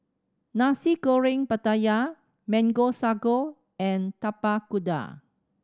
Nasi Goreng Pattaya Mango Sago and Tapak Kuda